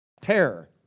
terror